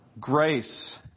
Grace